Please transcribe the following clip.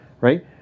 Right